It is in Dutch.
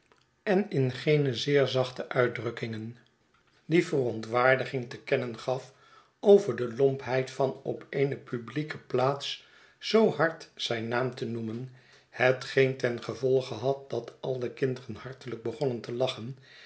en in geene zeer zachte uitdrukkingen die verontwaardiging te kennen gaf over de lompheid van op eene publieke plaats zoo hard zijn naam te noemen hetgeen ten gevolge had dat al de kinderen hartelijk begonnen te lachen